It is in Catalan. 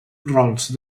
rols